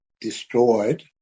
destroyed